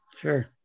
Sure